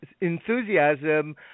enthusiasm